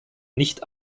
nicht